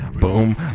Boom